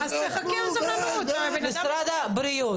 משרד הבריאות,